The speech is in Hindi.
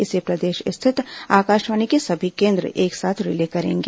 इसे प्रदेश स्थित आकाशवाणी के सभी केंद्र एक साथ रिले करेंगे